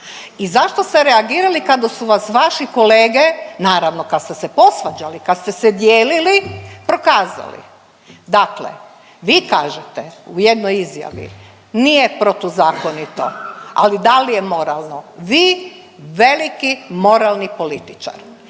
I zašto ste reagirali kada su vas vaši kolege, naravno kad ste se posvađali, kad ste se dijelili prokazali. Dakle, vi kažete u jednoj izjavi nije protuzakonito ali da li je moralno? Vi veliki moralni političar